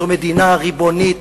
זאת מדינה ריבונית,